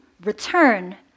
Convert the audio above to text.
return